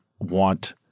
want